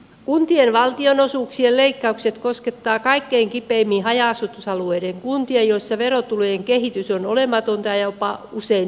kuntien valtionosuuksien leikkaukset koskettavat kaikkein kipeimmin haja asutusalueiden kuntia joissa verotulojen kehitys on olematonta ja usein jopa miinusmerkkistä